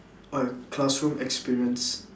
oh classroom experience